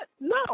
No